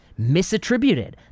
misattributed